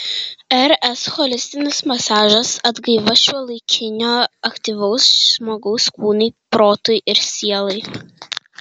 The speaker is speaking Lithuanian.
rs holistinis masažas atgaiva šiuolaikinio aktyvaus žmogaus kūnui protui ir sielai